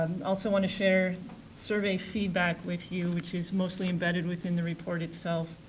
also want to share survey feedback with you, which is mostly embedded within the report itself.